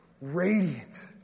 radiant